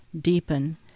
deepen